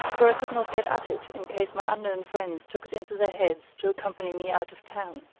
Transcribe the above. where i could not get at it in case my unknown friends took it into their heads to accompany me out of town.